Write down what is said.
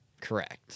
Correct